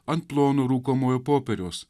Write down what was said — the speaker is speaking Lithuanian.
ant plono rūkomojo popieriaus